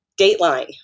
Dateline